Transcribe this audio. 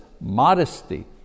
modesty